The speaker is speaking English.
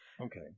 Okay